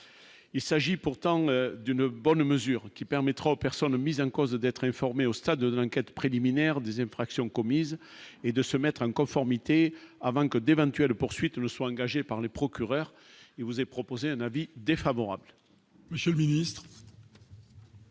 Il s'agit pourtant d'une bonne mesure qui permettra aux personnes mises en cause, d'être informé au stade de l'enquête préliminaire des infractions commises et de se mettre en conformité avant que d'éventuelles poursuites soient engagées par les procureurs et vous est proposé un avis défavorable.